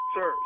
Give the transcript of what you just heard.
Sir